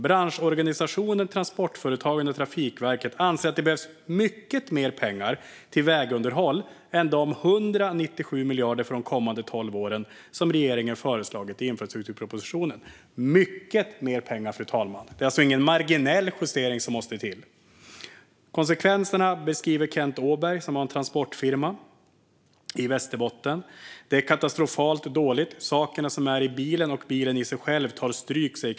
Branschorganisationen Transportföretagen och Trafikverket anser att det behövs mycket mer pengar till vägunderhållet än de 197 miljarder för de kommande tolv åren som regeringen föreslagit i infrastrukturpropositionen. Det behövs mycket mer pengar, fru talman. Det är alltså ingen marginell justering som måste till. Konsekvenserna beskriver Kenth Åberg, som har en transportfirma i Västerbotten. Han säger: Det är katastrofalt dåligt. Sakerna som är i bilen och bilen i sig själv tar stryk.